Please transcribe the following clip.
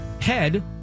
head